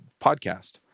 podcast